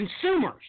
consumers